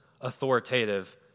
authoritative